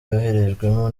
yoherejwemo